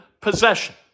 possession